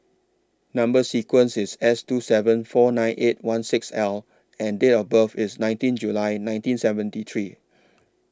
Number sequence IS S two seven four nine eight one six L and Date of birth IS nineteen July nineteen seventy three